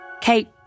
Kate